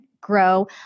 grow